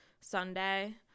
Sunday